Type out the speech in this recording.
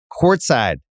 courtside